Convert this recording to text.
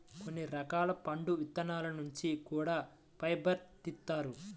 కొన్ని రకాల పండు విత్తనాల నుంచి కూడా ఫైబర్ను తీత్తారు